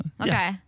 okay